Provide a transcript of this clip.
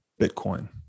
Bitcoin